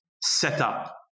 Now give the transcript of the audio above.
setup